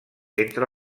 entre